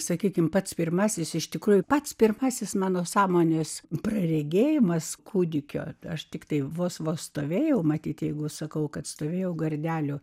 sakykime pats pirmasis iš tikrųjų pats pirmasis mano sąmonės praregėjimas kūdikio aš tiktai vos vos stovėjau matyt jeigu sakau kad stovėjau gardelių